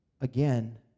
again